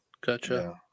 Gotcha